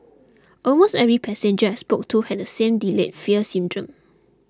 almost every passenger I spoke to had the same delayed fear syndrome